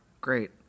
great